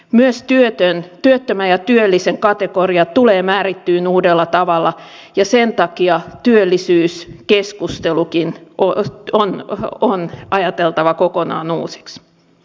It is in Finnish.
myös työttömän ja työllisen kategoria tulee määrittymään uudella tavalla ja sen takia työllisyyskeskustelukin on ajateltava kokonaan uusiksi